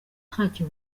ntacyo